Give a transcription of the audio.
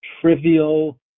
trivial